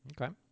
Okay